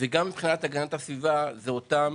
וגם מבחינת הגנת הסביבה זה אותם